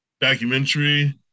documentary